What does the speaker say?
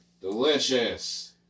delicious